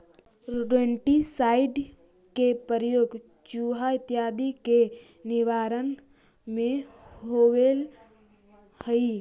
rodenticide के प्रयोग चुहा इत्यादि के निवारण में होवऽ हई